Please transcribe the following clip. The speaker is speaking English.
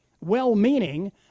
well-meaning